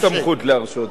ואין לי סמכות להרשות.